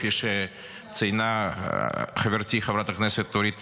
כפי שציינה חברתי חברת הכנסת אורית